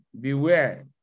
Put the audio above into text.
Beware